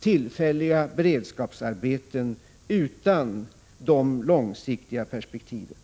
tillfälliga beredskapsarbeten utan de långsiktiga perspektiven.